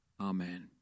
amen